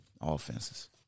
offenses